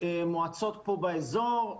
מועצות פה באזור,